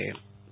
Ashutosh Antani